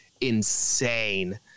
insane